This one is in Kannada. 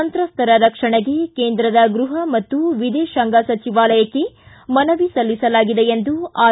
ಸಂತ್ರಸ್ತರ ರಕ್ಷಣೆಗೆ ಕೇಂದ್ರದ ಗೃಹ ಮತ್ತು ವಿದೇತಾಂಗ ಸಚಿವಾಲಕ್ಕೆ ಮನವಿ ಮಾಡಲಾಗಿದೆ ಎಂದು ಆರ್